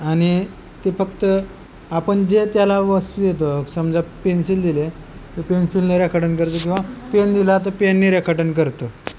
आणि ते फक्त आपण पेन्सिलने रेखाटन करते किंवा पेन दिला तर पेननी रेखटन करतो